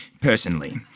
personally